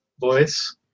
voice